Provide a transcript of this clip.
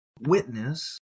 witness